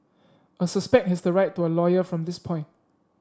a suspect has the right to a lawyer from this point